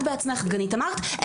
את בעצמך, דגנית, אמרת.